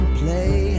play